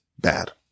bad